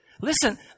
Listen